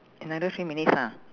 another three minutes ah